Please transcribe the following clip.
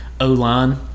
O-line